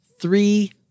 three